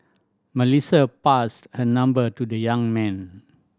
Melissa passed her number to the young man